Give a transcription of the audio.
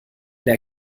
der